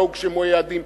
לא הוגשמו היעדים.